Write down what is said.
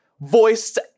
voiced